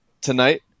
tonight